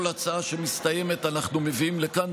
כל הצעה שמסתיימת אנחנו מביאים לכאן,